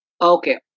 Okay